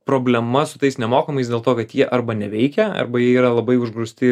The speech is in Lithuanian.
problema su tais nemokamais dėl to kad jie arba neveikia arba jie yra labai užgrūsti